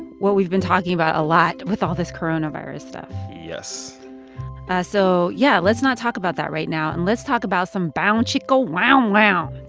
what we've been talking about a lot with all this coronavirus stuff yes so yeah, let's not talk about that right now. and let's talk about some bow and chicka wow um wow